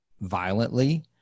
violently